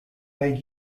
made